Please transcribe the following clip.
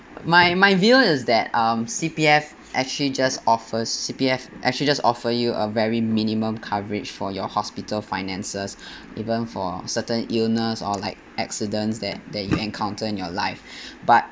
my my view is that um C_P_F actually just offers C_P_F just offer you a very minimum coverage for your hospital finances even for certain illness or like accidents that that you encounter in your life but